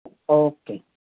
okay